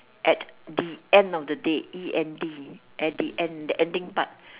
at the end of the day E N D at the end ending part